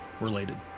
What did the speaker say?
related